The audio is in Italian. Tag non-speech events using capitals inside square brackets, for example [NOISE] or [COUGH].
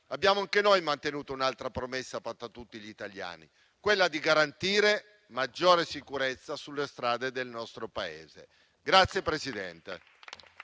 abbiamo anche noi mantenuto un'altra promessa fatta a tutti gli italiani: quella di garantire maggiore sicurezza sulle strade del nostro Paese. [APPLAUSE]